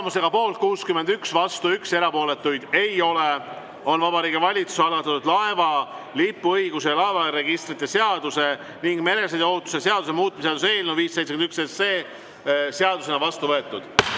Tulemusega poolt 61, vastu 1, erapooletuid ei ole, on Vabariigi Valitsuse algatatud laeva lipuõiguse ja laevaregistrite seaduse ning meresõiduohutuse seaduse muutmise seaduse eelnõu 571 seadusena vastu võetud.